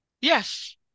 Yes